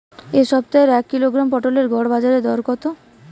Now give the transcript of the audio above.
এ সপ্তাহের এক কিলোগ্রাম পটলের গড় বাজারে দর কত?